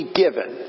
given